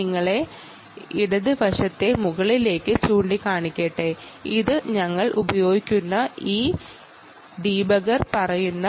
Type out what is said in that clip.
നിങ്ങൾ ഈ ഇടത് വശത്തെ മുകളിലേക്ക് നോക്കുക അത് ഞങ്ങൾ ഉപയോഗിക്കുന്ന ഡീബഗ്ഗർ ആണ്